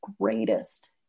greatest